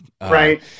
Right